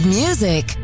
music